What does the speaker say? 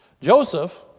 Joseph